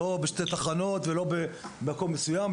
לא בשתי תחנות ולא במקום מסוים,